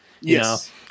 Yes